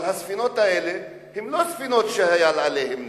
אבל הספינות האלה הן לא ספינות שהיה עליהן נשק.